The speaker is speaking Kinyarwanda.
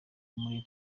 muri